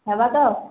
ହବା ତ